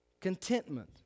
Contentment